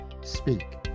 speak